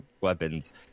weapons